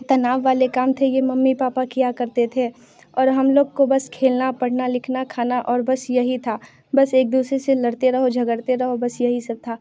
तनाव वाले काम थे ये मम्मी पापा किया करते थे और हम लोग को बस खेलना पढ़ना लिखना खाना और बस यही था बस एक दूसरे से लड़ते रहो झगड़ते रहो बस यही सब था